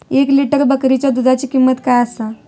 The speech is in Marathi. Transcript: एक लिटर बकरीच्या दुधाची किंमत काय आसा?